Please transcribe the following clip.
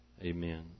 Amen